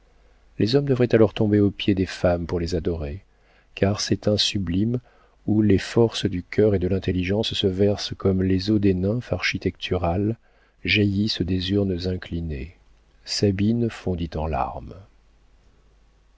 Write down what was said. les hommes devraient alors tomber aux pieds des femmes pour les adorer car c'est un sublime où les forces du cœur et de l'intelligence se versent comme les eaux des nymphes architecturales jaillissent des urnes inclinées sabine fondit en larmes